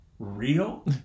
real